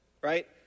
Right